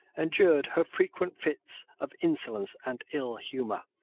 endured her frequent fits of insolence and ill humour.